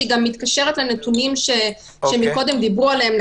שגם מתקשרת לנתונים שדיברו עליהם קודם,